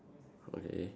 okay